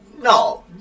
no